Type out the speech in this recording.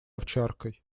овчаркой